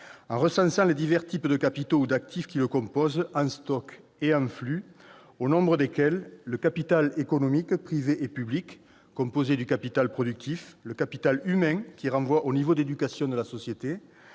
en recensant les divers types de capitaux ou d'actifs qui le composent, en stock et en flux, au nombre desquels figurent le capital économique, privé et public, qui est composé du capital productif ; le capital humain, qui renvoie au niveau d'éducation de la société,